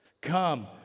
Come